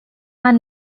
man